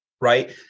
right